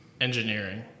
Engineering